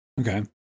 Okay